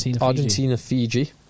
Argentina-Fiji